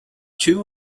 two